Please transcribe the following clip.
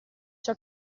ciò